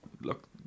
look